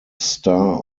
star